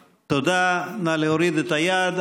תודה, נא להוריד את היד.